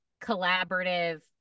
collaborative